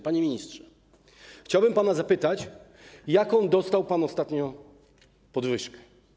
Panie ministrze, chciałbym pana zapytać, jaką dostał pan ostatnio podwyżkę.